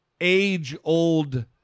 age-old